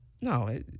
no